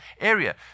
area